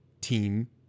team